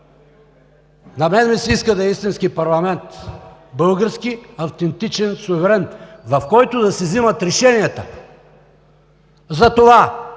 На мен ми се иска да е истински парламент – български автентичен суверен, в който да се взимат решенията за това